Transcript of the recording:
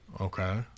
Okay